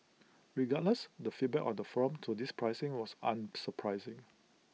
regardless the feedback on the forum to this pricing was unsurprising